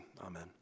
Amen